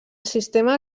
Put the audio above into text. sistema